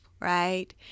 Right